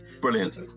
brilliant